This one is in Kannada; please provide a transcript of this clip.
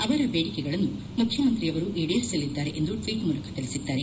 ಅವರ ಬೇಡಿಕೆಗಳನ್ನು ಮುಖ್ಯಮಂತ್ರಿ ಅವರು ಈಡೇರಿಸಲಿದ್ದಾರೆ ಎಂದು ಟ್ವೀಟ್ ಮೂಲಕ ತಿಳಿಸಿದ್ದಾರೆ